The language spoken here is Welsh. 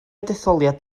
detholiad